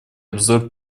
обзор